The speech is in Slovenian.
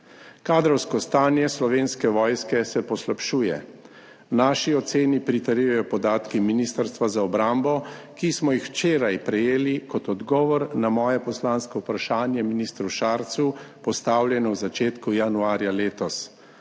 Kadrovsko stanje Slovenske vojske se poslabšuje. Naši oceni pritrjujejo podatki Ministrstva za obrambo, ki smo jih včeraj prejeli kot odgovor na moje poslansko vprašanje ministru Šarcu, postavljeno v začetku januarja letos.